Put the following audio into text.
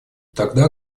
тогда